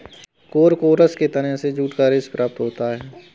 Corchorus के तने से जूट का रेशा प्राप्त होता है